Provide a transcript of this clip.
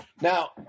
Now